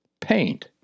paint